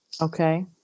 Okay